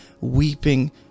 weeping